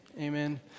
Amen